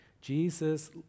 Jesus